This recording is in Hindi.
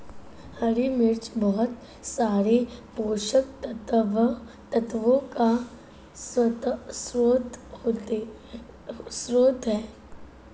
हरी मिर्च बहुत सारे पोषक तत्वों का स्रोत है